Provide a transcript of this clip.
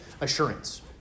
assurance